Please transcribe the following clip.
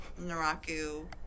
Naraku